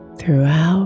throughout